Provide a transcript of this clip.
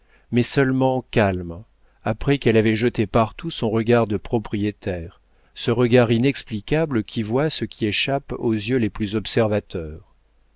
mais seulement calmes après qu'elle avait jeté partout son regard de propriétaire ce regard inexplicable qui voit ce qui échappe aux yeux les plus observateurs